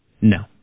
no